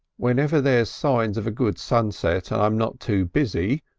whenever there's signs of a good sunset and i'm not too busy,